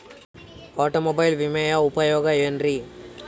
Automobile ವಿಮೆಯ ಉಪಯೋಗ ಏನ್ರೀ?